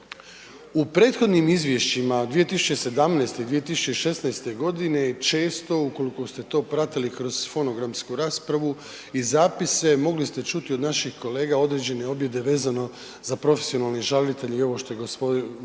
U prethodnim izvješćima 2017. i 2016.g. često ukoliko ste to pratili kroz fonogramsku raspravu i zapise, mogli ste čuti od naših kolega određene objede vezano za profesionalne žalitelje i ovo što je govorio